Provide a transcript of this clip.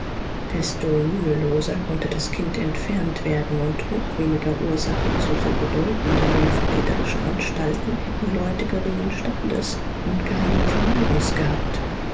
desto müheloser konnte das kind entfernt werden und noch weniger ursache zu so bedeutenden und verräterischen anstalten hätten leute geringen standes und geringen vermögens gehabt